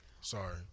Sorry